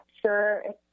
sure